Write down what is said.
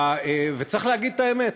וצריך להגיד את האמת.